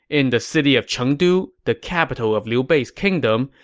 in the city of chengdu, the capital of liu bei's kingdom,